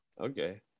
Okay